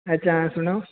अच्छा हाँ सुनाओ